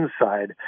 inside